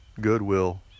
goodwill